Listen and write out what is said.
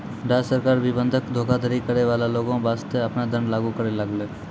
राज्य सरकार भी बंधक धोखाधड़ी करै बाला लोगो बासतें आपनो दंड लागू करै लागलै